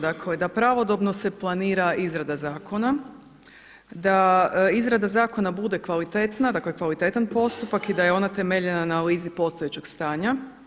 Dakle da pravodobno se planira izrada zakona, da izrada zakona bude kvalitetna, dakle kvalitetan postupak i da je ona temeljena na analizi postojećeg stanja.